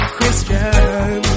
Christian